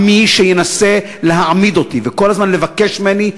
על מי שינסה להעמיד אותי וכל הזמן לבקש ממני,